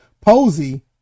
Posey